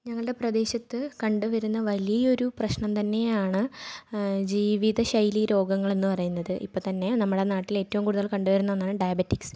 ഞങ്ങളുടെ പ്രദേശത്ത് കണ്ടുവരുന്ന വലിയ ഒരു പ്രശ്നം തന്നേയാണ് ജീവിതശൈലി രോഗങ്ങൾ എന്നു പറയുന്നത് ഇപ്പത്തന്നെ നമ്മളുടെ നാട്ടിൽ ഏറ്റവും കൂടുതൽ കണ്ടുവരുന്ന ഒന്നാണ് ഡൈബെറ്റിക്സ്